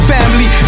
Family